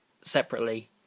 separately